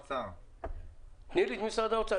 תני לי את האוצר.